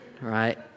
right